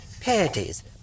Panties